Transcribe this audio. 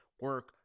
Work